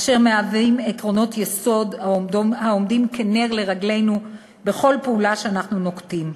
אשר מהווים עקרונות יסוד העומדים כנר לרגלינו בכל פעולה שאנחנו נוקטים.